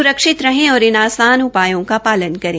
स्रक्षित रहें और इन आसान उपायों का पालन करें